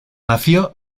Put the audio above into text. nació